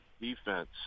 defense